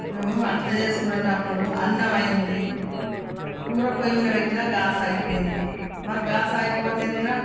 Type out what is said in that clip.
మేము వంట చేసుకునేటప్పుడు అన్నమయ్యింది కూర పొయ్యిమీద పెట్టినా గాస్ అయిపోయింది మరి గాస్ అయిపోతే ఎట్ల